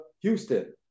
Houston